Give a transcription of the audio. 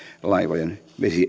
laivojen